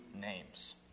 names